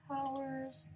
Powers